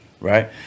right